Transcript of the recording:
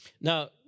Now